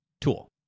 tool